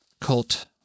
cult